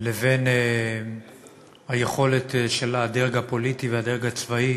לבין היכולת של הדרג הפוליטי והדרג הצבאי